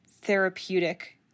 therapeutic